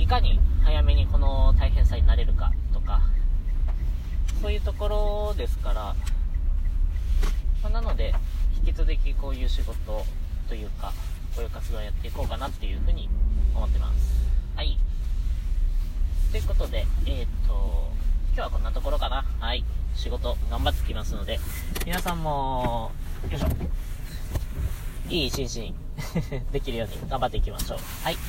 いかに早めにこの大変さに慣れるかとか、そういうところですから。まあ、なので、引き続きこういう仕事というか、こういう活動をやっていこうかなっていうふうに思ってます。はい。ということで、えーっと、今日はこんなところかな。はい。仕事頑張ってきますので、皆さんも、よいしょ。いい一日に できるように頑張っていきましょう。はい。